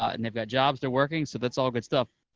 ah and they've got jobs they're working, so that's all good stuff.